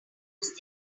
use